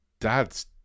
dad's